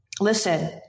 listen